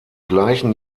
gleichen